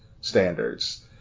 standards